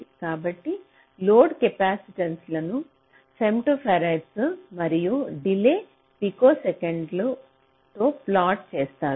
కాబట్టి లోడ్ కెపాసిటెన్స్లను ఫెమ్టోఫారడ్స్ లో మరియు డిలే పికోసెకండ్లలో ప్లాట్ చేస్తారు